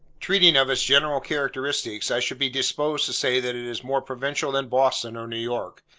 treating of its general characteristics, i should be disposed to say that it is more provincial than boston or new york,